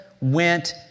went